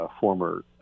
former